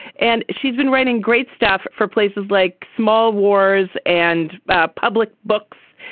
and she's been writing great stuff for places like small wars and public books.